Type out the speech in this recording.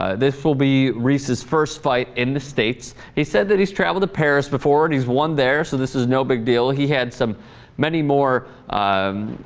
ah this will be reese's first flight in the states he said that he's travel to paris before it is one there so this is no big deal he had some many more um.